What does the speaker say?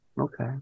okay